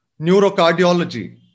neurocardiology